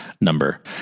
number